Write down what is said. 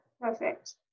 perfect